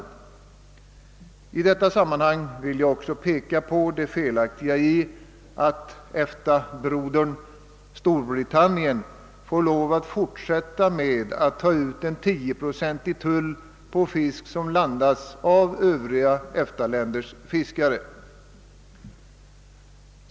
I detta sammanhang vill jag också peka på det felaktiga i att EFTA-brodern Storbritannien får lov att fortsätta med att ta ut en 10-procentig tull på fisk som landas av övriga EFTA-länders fiskare.